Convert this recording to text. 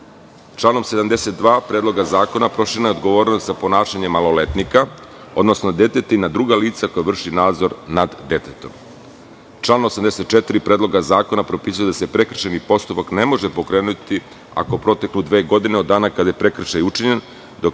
72. Predloga zakona proširena je odgovornost za ponašanje maloletnika, odnosno deteta na druga lica koji vrši nadzor nad detetom. Član 84. Predloga zakona propisuje da se prekršajni postupak ne može pokrenuti ako proteknu dve godine od dana kada je prekršaj učinjen, dok